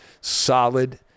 Solid